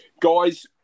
Guys